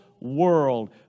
world